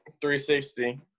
360